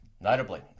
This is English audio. Notably